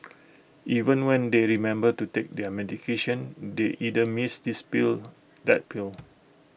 even when they remember to take their medication they either miss this pill that pill